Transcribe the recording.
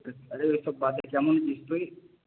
আরে ওসব বাদ দে কেমন আছিস তুই